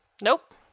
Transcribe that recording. Nope